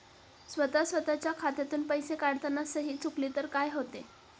स्वतः स्वतःच्या खात्यातून पैसे काढताना सही चुकली तर काय होते?